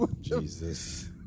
Jesus